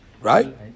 right